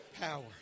power